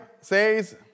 says